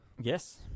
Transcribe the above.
Yes